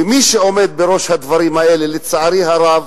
ומי שעומד בראש הדברים האלה, לצערי הרב,